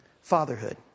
Fatherhood